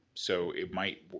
so it might,